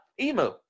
Emu